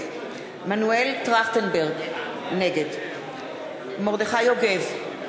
נגד מנואל טרכטנברג, נגד מרדכי יוגב,